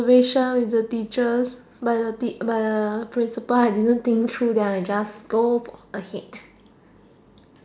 observation with the teachers by the tea by the uh principle I didn't think through then I just go ahead